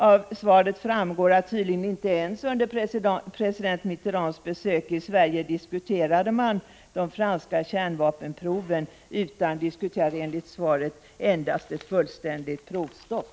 Av svaret framgår att man under president Mitterrands besök i Sverige tydligen inte diskuterade de franska kärnvapenproven, utan man diskuterade enligt svaret endast ett fullständigt provstopp.